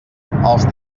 els